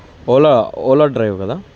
Ola Ola driver కదా